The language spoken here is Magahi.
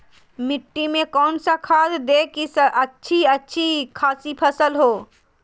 मिट्टी में कौन सा खाद दे की अच्छी अच्छी खासी फसल हो?